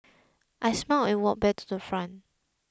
I smiled and walked back to the front